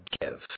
give